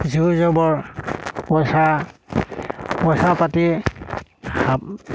জোৰ জবৰ পইচা পইচা পাতি